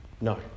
No